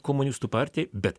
komunistų partijai bet